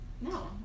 No